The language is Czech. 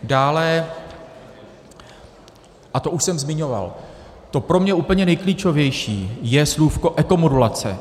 Dále, a to už jsem zmiňoval, to pro mě úplně nejklíčovější je slůvko ekomodulace.